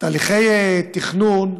הליכי תכנון,